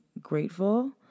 grateful